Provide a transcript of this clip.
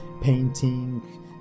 painting